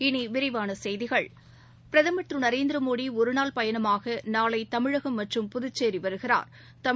இனிவிரிவானசெய்திகள் பிரதம் திருநரேந்திரமோடிஒருநாள் பயணமாகநாளைதமிழகம் மற்றும் புதுச்சேிவருகிறாா்